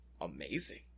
amazing